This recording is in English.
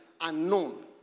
unknown